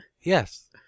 Yes